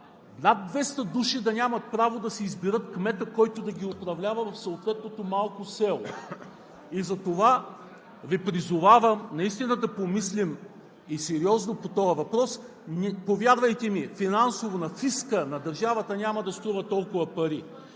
над 200 души да нямат право да си изберат кмета, който да ги управлява, в съответното малко село. Затова Ви призовавам да помислим сериозно по този въпрос. Повярвайте ми, финансово на фиска на държавата няма да струва толкова пари,